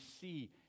see